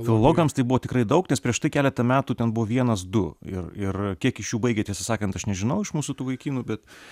filologams tai buvo tikrai daug nes prieš tai keletą metų ten buvo vienas du ir ir kiek iš jų baigė tiesą sakant aš nežinau iš mūsų tų vaikinų bet